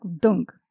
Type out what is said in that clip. dunk